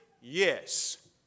yes